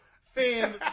fan